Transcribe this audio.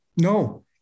no